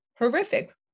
horrific